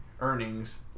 earnings